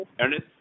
Ernest